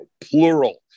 plural